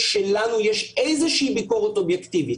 שלנו יש איזושהי ביקורת אובייקטיבית,